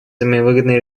взаимовыгодные